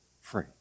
free